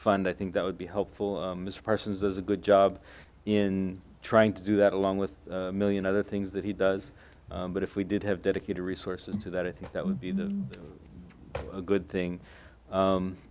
fund i think that would be helpful mr parsons is a good job in trying to do that along with a million other things that he does but if we did have dedicated resources to that i think that would be a good thing